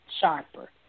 sharper